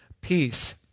peace